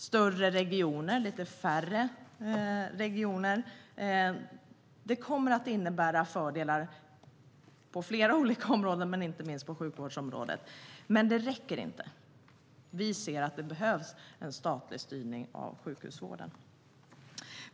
Större och färre regioner kommer att innebära fördelar på flera områden, inte minst på sjukvårdsområdet. Men det räcker inte. Vi ser att det behövs en statlig styrning av sjukhusvården.